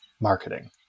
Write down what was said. marketing